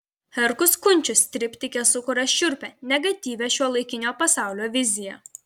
herkus kunčius triptike sukuria šiurpią negatyvią šiuolaikinio pasaulio viziją